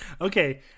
Okay